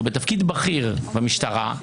שהוא בתפקיד בכיר במשטרה,